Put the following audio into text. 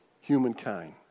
humankind